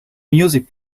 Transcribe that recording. music